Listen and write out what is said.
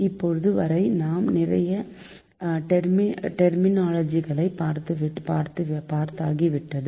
இப்போது வரை நாம் நிறைய டெர்மினாலஜிகளை பார்த்தாகிவிட்டது